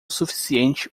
suficiente